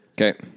Okay